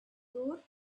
door